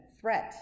threat